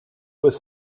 was